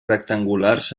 rectangulars